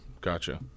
Gotcha